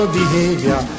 behavior